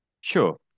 Sure